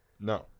No